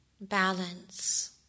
balance